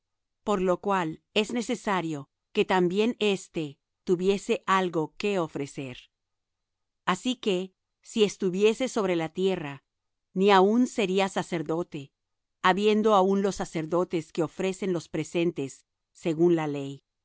por lo cual es necesario que también éste tuviese algo que ofrecer así que si estuviese sobre la tierra ni aun sería sacerdote habiendo aún los sacerdotes que ofrecen los presentes según la ley